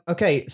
Okay